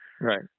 Right